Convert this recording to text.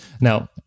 Now